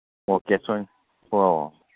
ꯑꯣ ꯀꯦꯁ ꯑꯣꯏꯅ ꯑꯣ ꯑꯣ